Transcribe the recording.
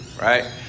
right